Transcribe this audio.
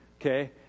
Okay